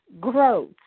growth